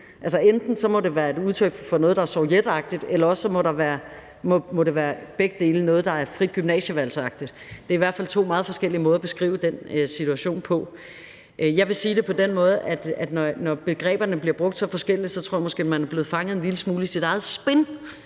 Enten må det være et udtryk for noget, der er sovjetagtigt, eller også må begge dele være noget, der er frit gymnasievalg-agtigt. Det er i hvert fald to meget forskellige måder at beskrive den situation på. Jeg vil sige det på den måde, at når begreberne bliver brugt så forskelligt, så tror jeg måske, at man er blevet fanget en lille smule i sit eget spin